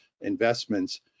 investments